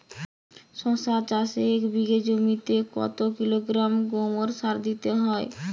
শশা চাষে এক বিঘে জমিতে কত কিলোগ্রাম গোমোর সার দিতে হয়?